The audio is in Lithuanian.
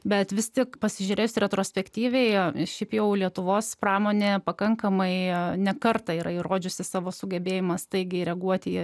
bet vis tiek pasižiūrės retrospektyviai o šiaip jau lietuvos pramonėje pakankamai ėjo ne kartą yra įrodžiusi savo sugebėjimą staigiai reaguoti į